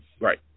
right